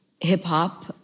hip-hop